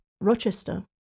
Rochester